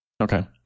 Okay